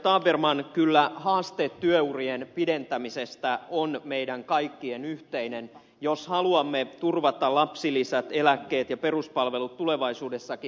tabermann kyllä haaste työurien pidentämisestä on meidän kaikkien yhteinen jos haluamme turvata lapsilisät eläkkeet ja peruspalvelut tulevaisuudessakin